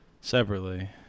separately